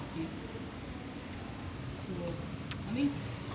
you mean